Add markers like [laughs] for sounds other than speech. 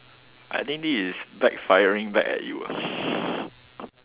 I think this is backfiring back at you [laughs]